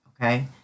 okay